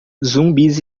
zumbis